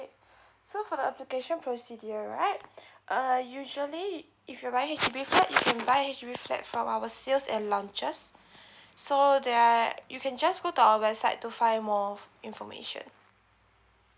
so for the application procedure right uh usually if you're buying H_D_B flat you can buy H_D_B flat from our sales and launches so there are you can just go to our website to find more of information